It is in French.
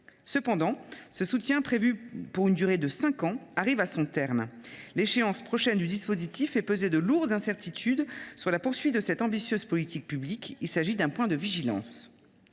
Ce soutien, prévu pour une durée de cinq ans, arrive toutefois à son terme. L’échéance prochaine du dispositif fait peser de lourdes incertitudes sur la poursuite de cette ambitieuse politique publique. Il s’agit d’un point de vigilance.